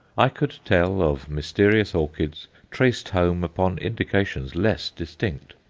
i could tell of mysterious orchids traced home upon indications less distinct.